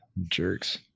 jerks